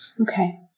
Okay